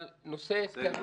אבל נושא ההתקהלות --- סעיד,